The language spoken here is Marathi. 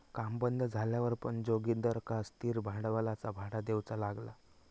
काम बंद झाल्यावर पण जोगिंदरका स्थिर भांडवलाचा भाडा देऊचा लागला